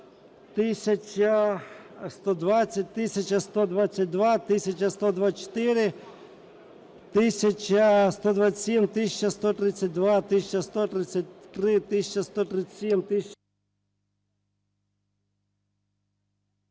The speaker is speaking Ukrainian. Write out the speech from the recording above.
1120, 1122, 1124, 1127, 1132, 1133, 1137…